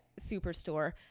Superstore